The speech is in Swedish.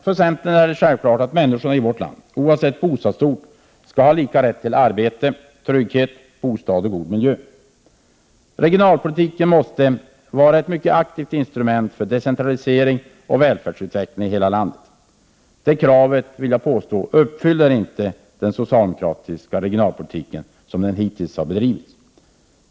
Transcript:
För centern är det självklart att människorna i vårt land, oavsett bostadsort, skall ha lika rätt till arbete, trygghet, bostad och god miljö. Regionalpolitiken måste vara ett mycket aktivt instrument för decentralisering och välfärdsutveckling i hela landet. Det kravet uppfyller inte den socialdemokratiska regionalpolitiken som den hittills har bedrivits.